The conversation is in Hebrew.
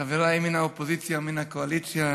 חבריי מן האופוזיציה ומן הקואליציה,